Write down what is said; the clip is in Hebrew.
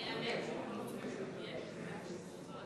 נתקבל.